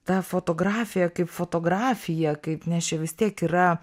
tą fotografiją kaip fotografiją kaip nes čia vis tiek yra